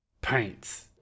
paints